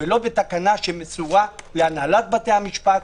ולא בתקנה שמסורה להנהלת בתי המשפט,